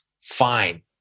fine